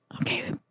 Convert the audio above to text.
Okay